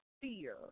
fear